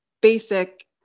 basic